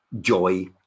joy